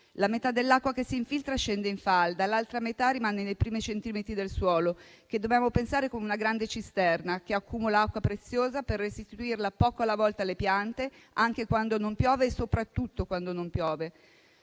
La metà dell'acqua che si infiltra scende in falda e l'altra metà rimane nei primi centimetri di suolo, che dobbiamo pensare come ad una grande cisterna, che accumula acqua preziosa per restituirla poco alla volta alle piante, quindi, anche quando non piove, e soprattutto quando non piove.